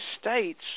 states